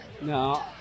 No